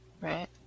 right